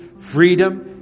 freedom